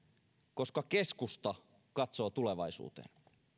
koska keskusta katsoo tulevaisuuteen